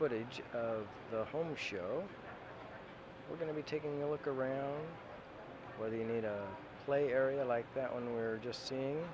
the home show we're going to be taking a look around whether you need a play area like that when we were just seeing